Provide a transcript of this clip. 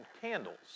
candles